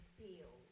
feel